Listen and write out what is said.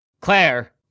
Claire